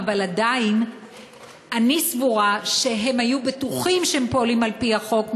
אבל עדיין אני סבורה שהם היו בטוחים שהם פועלים על-פי החוק,